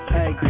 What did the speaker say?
Hey